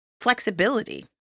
flexibility